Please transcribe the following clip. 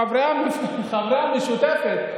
חברי המשותפת,